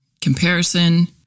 comparison